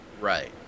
right